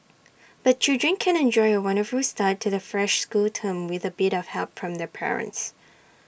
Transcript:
but children can enjoy A wonderful start to the fresh school term with A bit of help from their parents